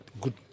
good